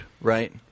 right